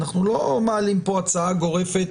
אנחנו לא מעלים פה הצעה גורפת